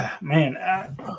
Man